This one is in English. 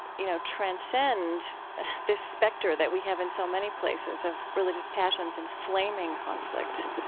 you know, transcend this specter that we have in so many places, of religious passions inflaming conflict?